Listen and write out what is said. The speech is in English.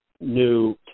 new